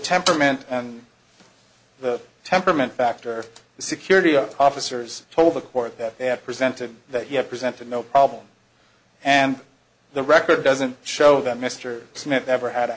temperament and the temperament factor the security of officers told the court that they had presented that you have presented no problem and the record doesn't show that mr smith ever had a